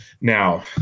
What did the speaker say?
Now